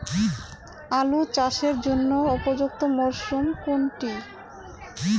আলু চাষের জন্য উপযুক্ত মরশুম কোনটি?